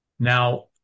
Now